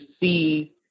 see